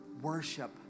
Worship